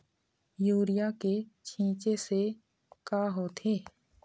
Urea के छींचे से का होथे?